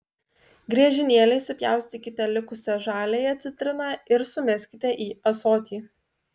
griežinėliais supjaustykite likusią žaliąją citriną ir sumeskite į ąsotį